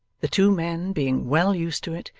the two men being well used to it,